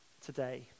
today